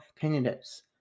candidates